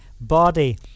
body